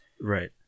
Right